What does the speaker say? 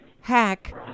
hack